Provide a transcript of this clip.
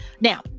now